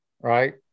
Right